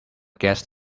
guest